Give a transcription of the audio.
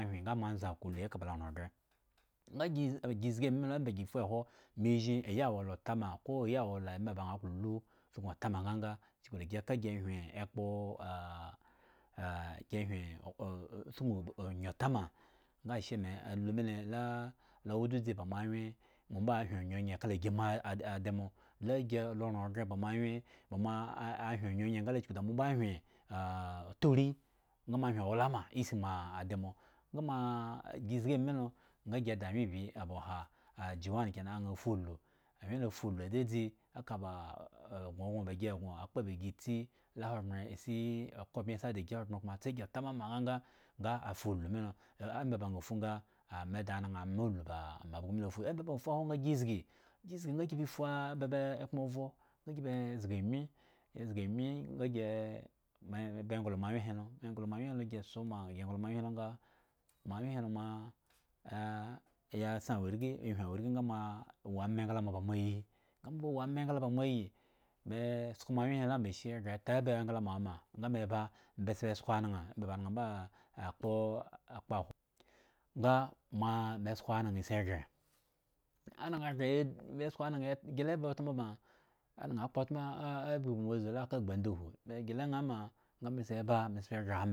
Ahyen nga moa mze akuluhe eka lo ran gre ngu gi zgi ami lo nga omba fu ehwo me zhin ayi wo la otama ko ayi wo la ema ba klo lu sukun tama nganga chuku gi e ka gi hyen ekpi gi hyen mu nye otama ma ashe me nga alu ma la wo dzi ba moanyen mo mvo ahyen onyenye kala gi moadama gi lo ra gre ba moanbuyen hyen nga le chuku da ma hyen turi nga mo hyen owlama isi moadimo nga maa gi zgi ame lo nga anwyenbi aba oha ahuon kanan aa luulu anwyen lo fuulu adzadzi aka ba oghwo go ba gi go akpa ba gi tsi la thogbren si okabmye sid gi ahogbren kuma tsa gi kabmye ta mama nganga nga afuulu mi lo nga ama ba fu nga me da anan mo ulu ba amabgo mi lo atu omba ba aa akhwo nga gi zgi zgi fua nga e baba kpno ovre nga gi e be zgami zgami nga si e e me ba nglo mohuwyen he lo gi nglo moanwyen he ho ba gi so gi nglo moanwyen he lo nga moa nwyeh he agree yi sin awolgi awhi woigi nga maa woo ama emgla mo ba mo ayi mo wu ama engla ba mo yi mee sko moanwyen he lo machine gre ete aba ngla awo ma nga me ba be sku ana ba aa kpokhwo ma nga sko aan si gre anwn gre ye sko aan gre ye gile eba atmo ga aan kpo atmo ebe mo bzu ma kasbu endehu